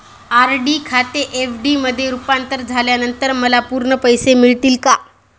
RD खाते FD मध्ये रुपांतरित झाल्यानंतर मला पूर्ण पैसे मिळतील का?